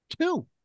Two